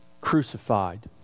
crucified